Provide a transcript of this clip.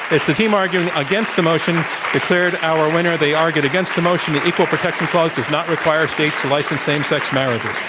the team arguing against the motion declared our winner. they argued against the motion the equal protection clause does not require states to license same sex marriages.